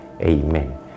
Amen